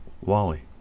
Wally